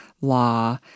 law